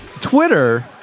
Twitter